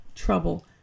trouble